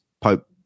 Pope